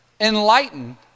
enlightened